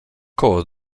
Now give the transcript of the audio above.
koło